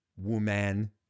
woman